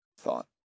thought